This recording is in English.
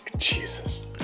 Jesus